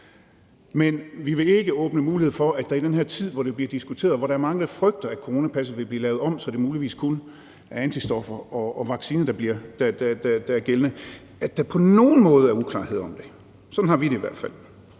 sundhedsmyndighederne kommer med. Men i den her tid, hvor det bliver diskuteret, og hvor der er mange, der frygter, at coronapasset vil blive lavet om, så det muligvis kun er antistoffer og vaccine, der er gældende, vil vi ikke åbne mulighed for, at der på nogen måde er uklarhed om det. Sådan har vi det i hvert fald.